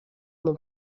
mon